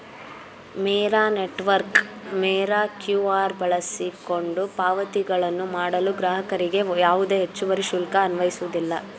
ಮೇರಾ network Mera QR ಬಳಸಿಕೊಂಡು ಪಾವತಿಗಳನ್ನು ಮಾಡಲು ಗ್ರಾಹಕರಿಗೆ ಯಾವುದೇ ಹೆಚ್ಚುವರಿ ಶುಲ್ಕ ಅನ್ವಯಿಸುವುದಿಲ್ಲ